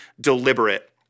deliberate